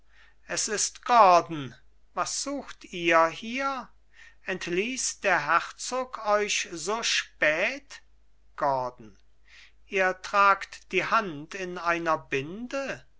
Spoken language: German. es ist gordon was sucht ihr hier entließ der herzog euch so spät gordon ihr tragt die hand in einer binde